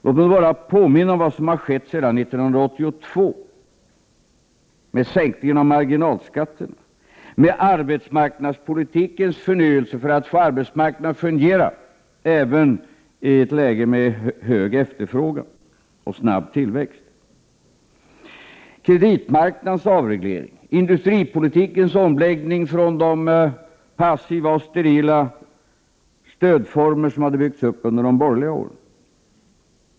Låt mig då bara påminna om vad som har skett sedan 1982: sänkningen av marginalskatten, arbetsmarknadspolitikens förnyelse för att få arbetsmarknaden att fungera även i ett läge med stor efterfrågan och snabb tillväxt, kreditmarknadens avreglering och industripolitikens omläggning från de passiva och sterila stödformer som hade byggts upp under de borgerliga åren.